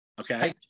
Okay